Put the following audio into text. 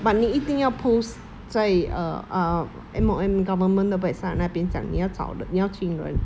but 你一定要 post 在 uh uh M_O_M government 的 website 那边讲你要找人你要请人